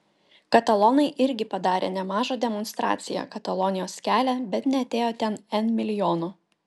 katalonai irgi padarė nemažą demonstraciją katalonijos kelią bet neatėjo ten n milijonų